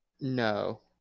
no